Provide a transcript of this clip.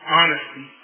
honesty